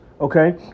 okay